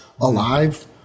alive